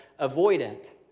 avoidant